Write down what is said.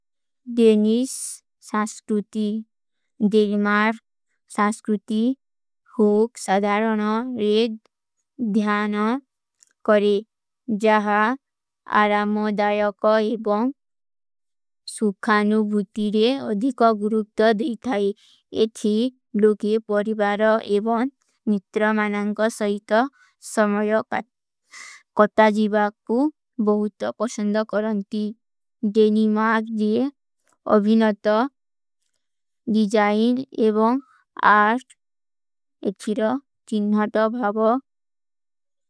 ଦେନିଷ ସାସ୍କୃତି, ଦେନିମାର୍ଗ ସାସ୍କୃତି, ହୋଗ ସଧାରନ ରେଦ ଧ୍ଯାନ କରେ, ଜହା ଆରାମୋ ଦାଯକ ଏବନ୍ଗ ସୁଖାନୁ ଭୂତିରେ ଅଧିକା ଗୁରୂପ୍ତ ଦେଥାଈ, ଏଥୀ ଲୋଗେ ପରିଵାର ଏବନ ନିତ୍ରମାନଂଗ ସହିତ ସମଯ କତ୍ତା ଜୀଵାକ୍ପୂ ବହୁତ ପସଂଦ କରଂତୀ। ଦେନିମାର୍ଗ ଜୀଵାକ୍ପୂ ବହୁତ ପସଂଦ କତ୍ତା ଜୀଵାକ୍ପୂ ବହୁତ ପସଂଦ କରଂତୀ।